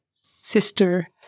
sister